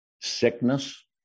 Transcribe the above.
sickness